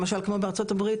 אולי כמו ארצות הברית,